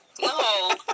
No